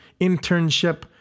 internship